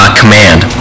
command